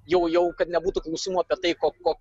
jau jau kad nebūtų klausimų apie tai ko ko